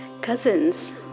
cousins